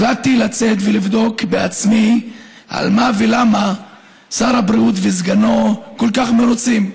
החלטתי לצאת ולבדוק בעצמי על מה ולמה שר הבריאות וסגנו כל כך מרוצים.